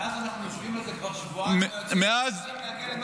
מאז אנחנו יושבים על זה כבר שבועיים ולא מצליחים להגיע לנוסח.